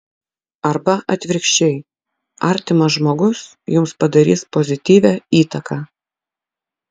arba atvirkščiai artimas žmogus jums padarys pozityvią įtaką